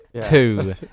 two